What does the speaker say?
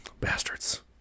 bastards